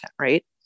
right